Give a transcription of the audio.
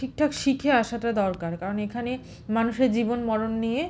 ঠিকঠাক শিখে আসাটা দরকার কারণ এখানে মানুষের জীবন মরণ নিয়ে